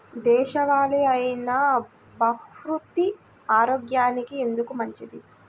దేశవాలి అయినా బహ్రూతి ఆరోగ్యానికి ఎందుకు మంచిది?